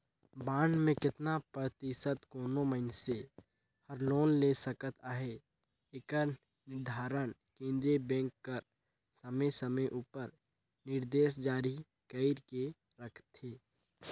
bond में केतना परतिसत कोनो मइनसे हर लोन ले सकत अहे एकर निरधारन केन्द्रीय बेंक हर समे समे उपर निरदेस जारी कइर के रखथे